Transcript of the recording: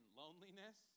loneliness